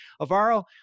Avaro